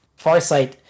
Farsight